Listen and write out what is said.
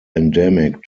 endemic